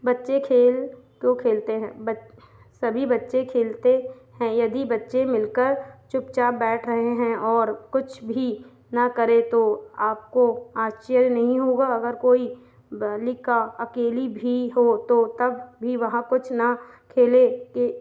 बच्चे खेल क्यों खेलते हैं बच सभी बच्चे खेल खेलते हैं यदि बच्चे मिलकर चुपचाप बैठ रहे हैं और कुछ भी न करे तो आपको आश्चर्य नहीं होगा अगर कोई बालिका अकेली भी हो तो तब भी वहाँ कुछ न खेले कि